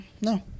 No